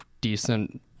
decent